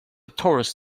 torus